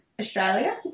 Australia